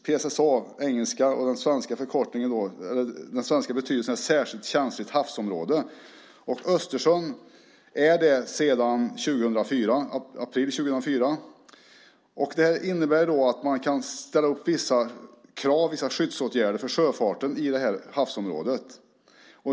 PSSA är en engelsk förkortning, och den svenska betydelsen är särskilt känsligt havsområde. Östersjön är det sedan april 2004. Det innebär att man kan ställa upp vissa krav på skyddsåtgärder för sjöfarten i det här havsområdet.